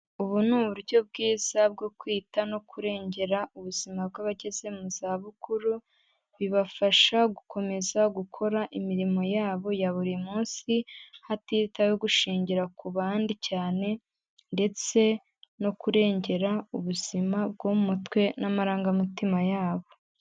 Ubu ni uburyo bwiza bwo kwita no kurengera ubuzima bw'abageze mu zabukuru, bibafasha gukomeza gukora imirimo yabo ya buri munsi, hatitaweho gushingira ku bandi cyane, ndetse no kurengera ubuzima bwo mu mutwe n'amarangamutima yabo.